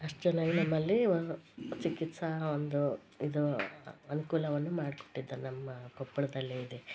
ಅಷ್ಟು ಚೆನ್ನಾಗಿ ನಮ್ಮಲ್ಲೀ ಒ ಚಿಕಿತ್ಸಾ ಒಂದು ಇದು ಅನುಕೂಲವನ್ನು ಮಾಡ್ಕೊಟ್ಟಿದ್ದಾರೆ ನಮ್ಮ ಕೊಪ್ಪಳದಲ್ಲೇ ಇದೆ